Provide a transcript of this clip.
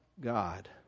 God